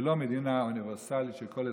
ולא מדינה אוניברסלית של כל אזרחיה,